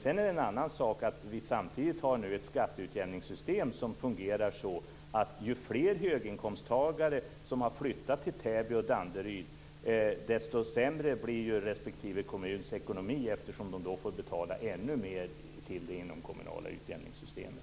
Sedan är det en annan sak att vi nu samtidigt har ett skatteutjämningssystem som fungerar så att ju fler höginkomsttagare som flyttar till Täby och Danderyd, desto sämre blir respektive kommuns ekonomi, eftersom de då får betala ännu mer till det inomkommunala utjämningssystemet.